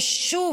ושוב